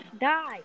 Die